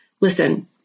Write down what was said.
Listen